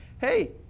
hey